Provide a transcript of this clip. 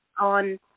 on